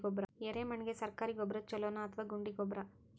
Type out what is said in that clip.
ಎರೆಮಣ್ ಗೆ ಸರ್ಕಾರಿ ಗೊಬ್ಬರ ಛೂಲೊ ನಾ ಅಥವಾ ಗುಂಡಿ ಗೊಬ್ಬರ?